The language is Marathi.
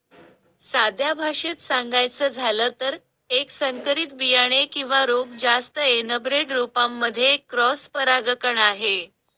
साध्या भाषेत सांगायचं झालं तर, एक संकरित बियाणे किंवा रोप जास्त एनब्रेड रोपांमध्ये एक क्रॉस परागकण आहे